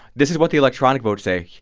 this is what the electronic votes say.